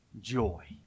joy